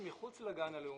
בתוך גן,